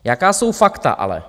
Jaká jsou fakta ale?